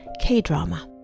K-drama